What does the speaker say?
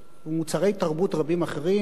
ומוצרי תרבות רבים אחרים,